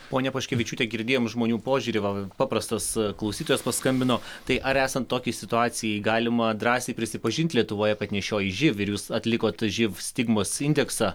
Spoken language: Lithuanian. ponia paškevičiūte girdėjom žmonių požiūrį va paprastas klausytojas paskambino tai ar esant tokiai situacijai galima drąsiai prisipažint lietuvoje kad nešioji živ ir jūs atlikot živ stigmos indeksą